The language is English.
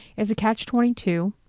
as a catch twenty two,